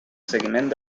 seguiment